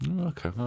Okay